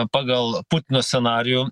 pagal putino scenarijų